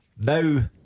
Now